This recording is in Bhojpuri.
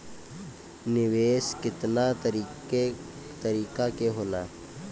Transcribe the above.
निवेस केतना तरीका के होला?